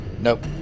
nope